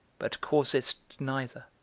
but causedst neither.